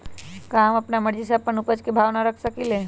का हम अपना मर्जी से अपना उपज के भाव न रख सकींले?